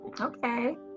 Okay